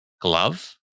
glove